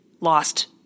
lost